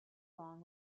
along